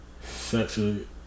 Sexually